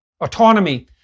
autonomy